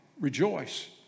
Rejoice